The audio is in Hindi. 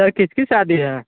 सर किसकी शादी हैं